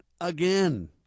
again